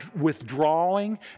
withdrawing